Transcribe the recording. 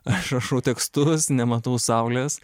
aš rašau tekstus nematau saulės